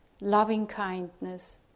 loving-kindness